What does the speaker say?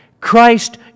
Christ